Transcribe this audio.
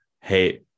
hey